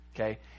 Okay